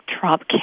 Trump